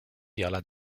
viola